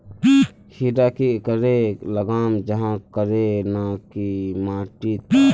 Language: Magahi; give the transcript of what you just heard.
खीरा की करे लगाम जाहाँ करे ना की माटी त?